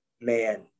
Man